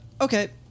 Okay